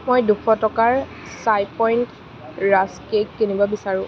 মই দুশ টকাৰ চাই পইণ্ট ৰাস্ক কেক কিনিব বিচাৰোঁ